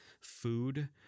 food